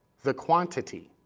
the quantity,